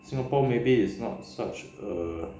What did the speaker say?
singapore maybe it's not such err